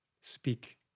speak